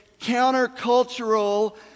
countercultural